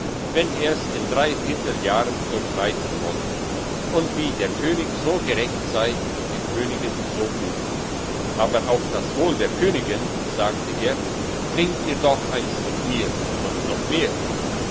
wenn er's in drei vierteljahren durchreiten wollte und wie der könig so gerecht sei und die königin so gut aber auf das wohl der königin sagte er trinkt ihr doch eins mit mir und noch mehr